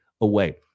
away